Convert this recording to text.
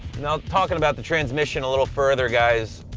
now, talking about the transmission a little further, guys,